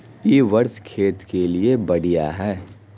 इ वर्षा खेत के लिए बढ़िया है?